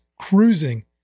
cruising